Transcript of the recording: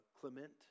Clement